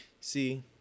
See